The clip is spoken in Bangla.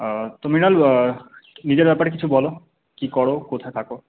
তো মৃণাল নিজের ব্যপারে কিছু বলো কি করো কোথায় থাকো